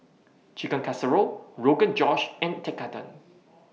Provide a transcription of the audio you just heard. Chicken Casserole Rogan Josh and Tekkadon